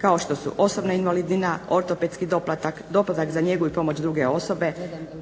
kao što su osobna invalidnina, ortopedski doplatak, doplatak za njegu i pomoć druge osobe,